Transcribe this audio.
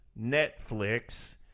Netflix